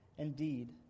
Indeed